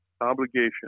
obligation